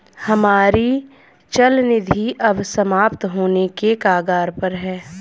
हमारी चल निधि अब समाप्त होने के कगार पर है